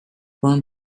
burn